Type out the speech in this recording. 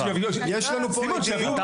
יש לנו פה עדים --- סליחה,